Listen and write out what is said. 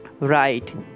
right